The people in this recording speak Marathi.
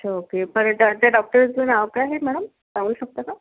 अच्छा ओके आणि त्या डॉक्टरचं नाव काय आहे मॅडम सांगू शकता का